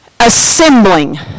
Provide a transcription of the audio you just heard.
assembling